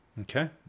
Okay